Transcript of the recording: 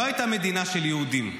לא הייתה מדינה של יהודים.